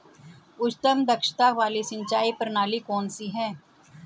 उच्चतम दक्षता वाली सिंचाई प्रणाली कौन सी है?